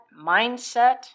mindset